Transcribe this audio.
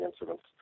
incidents